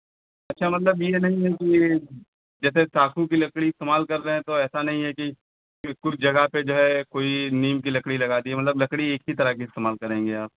अच्छा मतलब यह नहीं है कि जैसे साखू की लकड़ी इस्तेमाल कर रहे हैं तो ऐसा नहीं है कि कि कोई जगह पर जो है कोई नीम की लकड़ी लगा दी है मतलब लकड़ी एक ही तरह की इस्तेमाल करेंगे आप